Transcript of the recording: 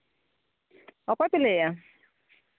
ᱚᱠᱚᱭ ᱯᱮ ᱞᱟᱹᱭᱮᱫᱟ